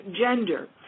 gender